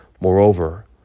Moreover